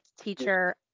teacher